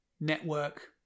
network